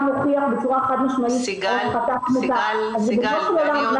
הוכיח בצורה חד משמעית את --- אז ריבונו של עולם,